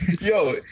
Yo